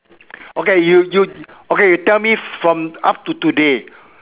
okay you you okay you tell me from up to today